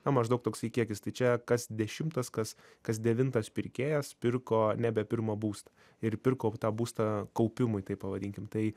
na maždaug toksai kiekis tai čia kas dešimtas kas kas devintas pirkėjas pirko nebe pirmą būstą ir pirko tą būstą kaupimui taip pavadinkim tai